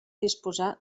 disposar